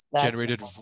generated